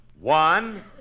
One